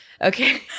Okay